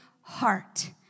heart